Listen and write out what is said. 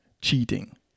cheating